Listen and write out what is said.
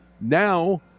Now